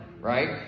right